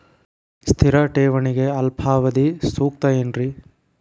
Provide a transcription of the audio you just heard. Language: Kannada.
ಸ್ಥಿರ ಠೇವಣಿಗೆ ಅಲ್ಪಾವಧಿ ಸೂಕ್ತ ಏನ್ರಿ?